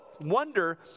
wonder